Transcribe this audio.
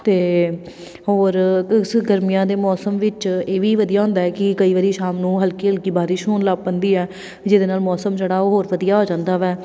ਅਤੇ ਹੋਰ ਇਸ ਗਰਮੀਆਂ ਦੇ ਮੌਸਮ ਵਿੱਚ ਇਹ ਵੀ ਵਧੀਆ ਹੁੰਦਾ ਕਿ ਕਈ ਵਾਰੀ ਸ਼ਾਮ ਨੂੰ ਹਲਕੀ ਹਲਕੀ ਬਾਰਿਸ਼ ਹੋਣ ਲਾ ਪੈਂਦੀ ਆ ਜਿਹਦੇ ਨਾਲ਼ ਮੌਸਮ ਜਿਹੜਾ ਉਹ ਹੋਰ ਵਧੀਆ ਹੋ ਜਾਂਦਾ ਵੈ